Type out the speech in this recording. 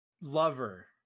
Lover